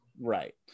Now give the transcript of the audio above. Right